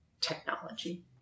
technology